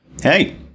Hey